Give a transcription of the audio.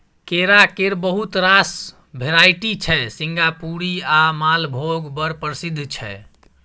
केरा केर बहुत रास भेराइटी छै सिंगापुरी आ मालभोग बड़ प्रसिद्ध छै